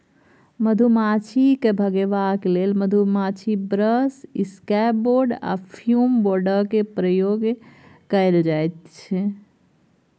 मधुमाछी केँ भगेबाक लेल मधुमाछी ब्रश, इसकैप बोर्ड आ फ्युम बोर्डक प्रयोग कएल जाइत छै